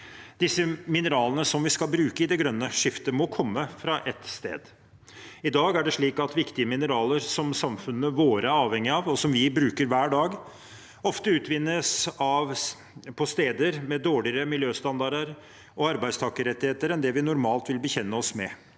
Mineralene som vi skal bruke i det grønne skiftet, må komme fra et sted. I dag er det slik at viktige mineraler som samfunnene våre er avhengige av, og som vi bruker hver dag, ofte utvinnes på steder med dårligere miljøstandarder og arbeidstakerrettigheter enn det vi normalt vil bekjenne oss til.